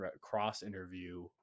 cross-interview